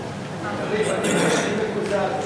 לייעול האכיפה ולשמירה על ביטחון